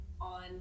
on